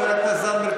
חברת הכנסת זנדברג,